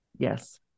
Yes